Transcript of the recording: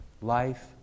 life